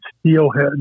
steelhead